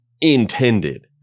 intended